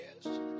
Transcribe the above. yes